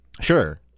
sure